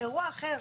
אירוע אחר,